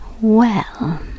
Well